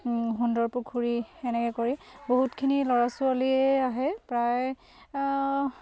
সুন্দৰ পুখুৰী এনেকৈ কৰি বহুতখিনি ল'ৰা ছোৱালীয়ে আহে প্ৰায়